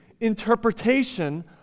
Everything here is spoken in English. interpretation